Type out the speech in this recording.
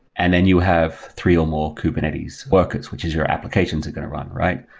and then you have three or more kubernetes workers, which is your applications are going to run, right?